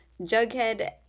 Jughead